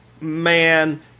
man